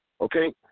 Okay